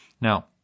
Now